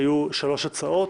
היו שלוש הצעות,